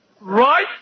Right